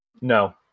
No